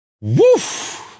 Woof